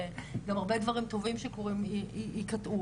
וגם הרבה דברים טובים שקורים ייקטעו.